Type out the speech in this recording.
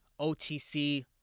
OTC